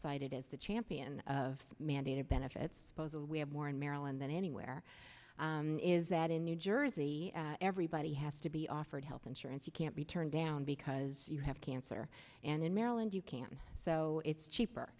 cited as the champion of mandated benefits those of we have more in maryland than anywhere is that in new jersey everybody has to be offered health insurance you can't be turned down because you have cancer and in maryland you can't so it's cheaper